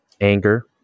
anger